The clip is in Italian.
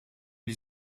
gli